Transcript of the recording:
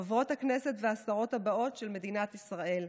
חברות הכנסת והשרות הבאות של מדינת ישראל.